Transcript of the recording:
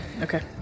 Okay